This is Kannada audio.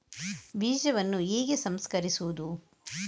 ಬೀಜವನ್ನು ಹೇಗೆ ಸಂಸ್ಕರಿಸುವುದು?